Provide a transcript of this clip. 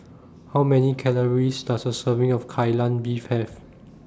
How Many Calories Does A Serving of Kai Lan Beef Have